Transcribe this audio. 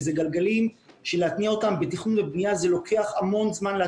ואלו גלגלים שלהתניע אותם בתכנון ובנייה לוקח המון זמן.